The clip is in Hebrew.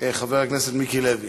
חבר הכנסת מיקי לוי,